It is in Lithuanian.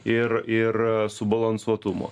ir ir subalansuotumo